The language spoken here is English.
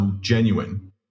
genuine